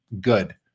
good